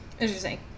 Interesting